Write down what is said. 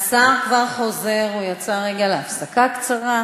השר כבר חוזר, הוא יצא רגע להפסקה קצרה.